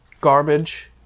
garbage